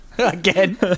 again